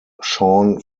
sean